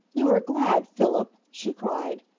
you are glad, philip! she cried.